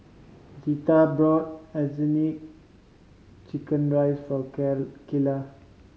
Zetta bought chicken rice for Kaela